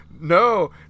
no